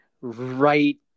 right